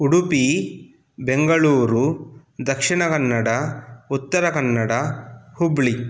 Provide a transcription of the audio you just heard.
Udupi Bengaluru Dakshina Kannada Uttara Kannada Hubli